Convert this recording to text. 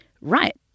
right